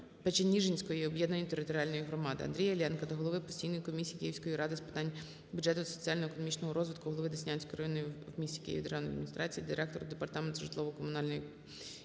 Печеніжинської об’єднаної територіальної громади. Андрія Іллєнка до голови Постійної комісії Київської міської ради з питань бюджету та соціально-економічного розвитку, голови Деснянської районної в місті Києві державної адміністрації, директора Департаменту житлово-комунальної